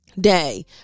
day